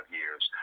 years